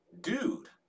Dude